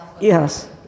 Yes